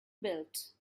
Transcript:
built